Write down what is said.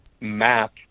map